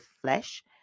flesh